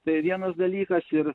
tai vienas dalykas ir